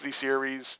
series